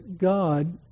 God